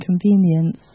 convenience